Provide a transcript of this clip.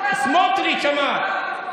סמוטריץ' אמר.